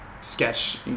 sketch